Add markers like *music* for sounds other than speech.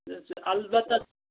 *unintelligible* البتہ